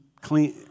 clean